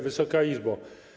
Wysoka Izbo!